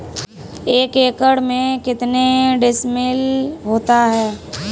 एक एकड़ में कितने डिसमिल होता है?